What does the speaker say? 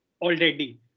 already